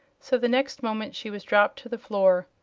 so the next moment she was dropped to the floor.